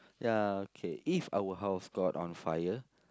ya okay if our house got on fire